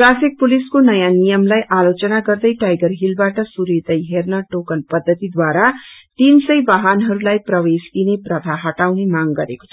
traffic पुलिसको नयाँ नियमलाई आलोचना गर्दै टाइगर हिलबाट सूर्योदय हेँन टोकन पद्धतिद्वारा तीनसय वाहनहरूलाई प्रवेश दिने प्रथा हटाउने मांग गरेको छ